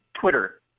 Twitter